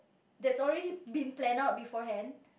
that's already been planned out beforehand